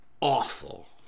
awful